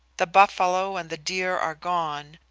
the buffalo and the deer are gone.